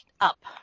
up